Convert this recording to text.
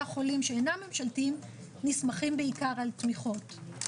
החולים שאינם ממשלתיים נסמכים בעיקר על תמיכות.